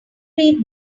read